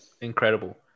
incredible